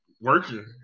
Working